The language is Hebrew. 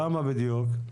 כמה בדיוק?